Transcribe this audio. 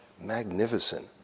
magnificent